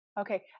Okay